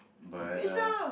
but uh